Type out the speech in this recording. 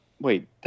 wait